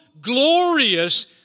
glorious